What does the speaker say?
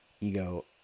ego